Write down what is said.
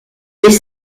des